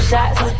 Shots